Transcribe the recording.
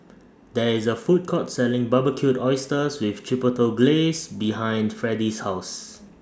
There IS A Food Court Selling Barbecued Oysters with Chipotle Glaze behind Freddie's House